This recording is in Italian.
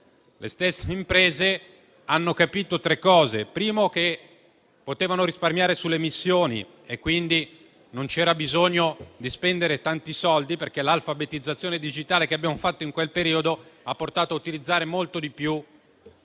Le stesse imprese hanno capito tre cose: innanzitutto che potevano risparmiare sulle missioni, quindi non c'era bisogno di spendere tanti soldi perché l'alfabetizzazione digitale che abbiamo fatto in quel periodo ha portato a utilizzare molto di più